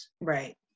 Right